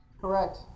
Correct